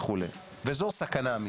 וזו סכנה אמיתית.